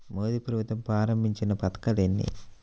మోదీ ప్రభుత్వం ప్రారంభించిన పథకాలు ఎన్ని?